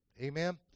Amen